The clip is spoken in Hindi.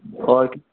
और कि